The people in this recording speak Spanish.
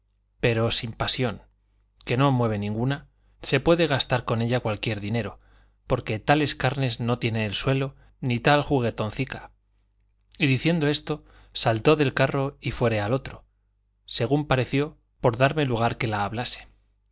pero sin pasión que no me mueve ninguna se puede gastar con ella cualquier dinero porque tales carnes no tiene el suelo ni tal juguetoncica y diciendo esto saltó del carro y fuese al otro según pareció por darme lugar que la hablase